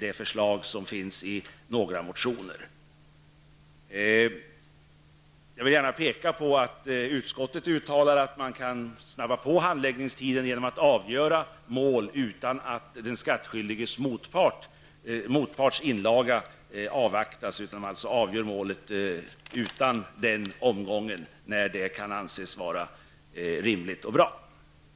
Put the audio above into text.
de förslag på detta område som återfinns i några av de väckta motionerna. Utskottet uttalar att det går att förkorta handläggningstiden genom att mål avgörs utan att den skattskyldiges motpartsinlaga avvaktas. Mål avgörs alltså utan den omgången när detta kan anses vara rimligt och bra.